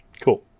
Cool